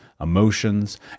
emotions